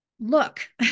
Look